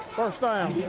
first down.